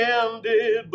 ended